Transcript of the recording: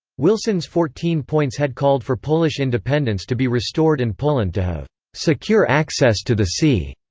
wilson's fourteen points had called for polish independence to be restored and poland to have secure access to the sea,